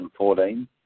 2014